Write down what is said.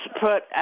put